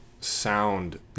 sound